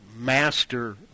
master